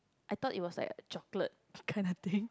I thought it was like a chocolate kind of thing